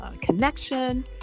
Connection